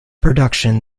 production